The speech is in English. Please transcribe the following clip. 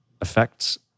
affects